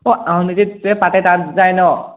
অঁ আউনীআটীত যে পাতে তাত যায় ন